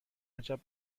عجب